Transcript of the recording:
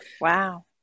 wow